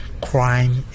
crime